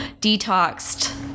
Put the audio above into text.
detoxed